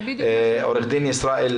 עו"ד ישראל